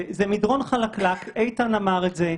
זה מדרון חלקלק, איתן אמר את זה.